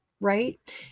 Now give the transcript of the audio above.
right